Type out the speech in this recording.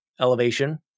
elevation